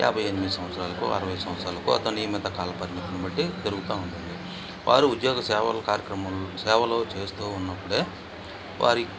యాభై ఎనిమిది సంవత్సరాలకో అరవై సంవత్సరాలకో అతని నియమిత కాల పరిమితిని బట్టి పెరుగుతు ఉంటుంది వారు ఉద్యోగ సేవల కార్యక్రమంలో సేవలో చేస్తు ఉన్నప్పుడే వారి